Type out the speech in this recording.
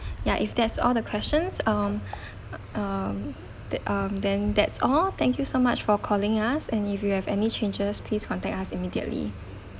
ya if that's all the questions um uh the um then that's all thank you so much for calling us and if you have any changes please contact us immediately